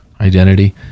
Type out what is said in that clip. identity